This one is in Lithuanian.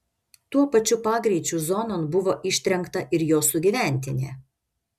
tuo pačiu pagreičiu zonon buvo ištrenkta ir jo sugyventinė